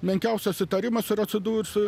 menkiausias įtarimas ir atsidursi